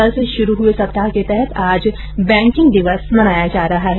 कल से शुरू हए सप्ताह के तहत आज बैंकिंग दिवस मनाया जा रहा है